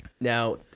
Now